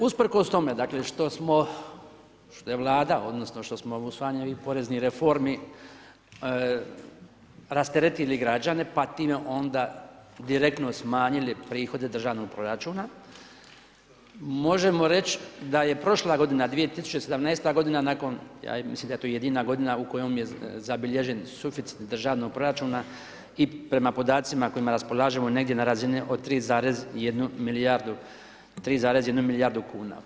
Usprkos tome dakle što smo, što je Vlada, odnosno što smo usvajanjem ovih poreznih reformi rasteretili građane pa time onda direktno smanjili prihode državnog proračuna možemo reći da je prošla godina 2017. godina nakon, ja mislim da je to i jedina godina u kojoj je zabilježen suficit državnog proračuna i prema podacima kojima raspolažemo negdje na razini od 3,1 milijardu, 3,1 milijardu kuna.